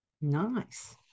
Nice